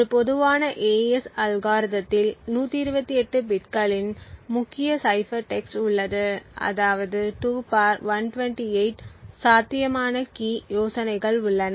ஒரு பொதுவான AES அல்காரிதத்தில் 128 பிட்களின் முக்கிய சைபர் டெக்ஸ்ட் உள்ளது அதாவது 2 128 சாத்தியமான கீ யோசனைகள் உள்ளன